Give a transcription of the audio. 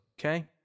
okay